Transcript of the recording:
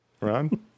Ron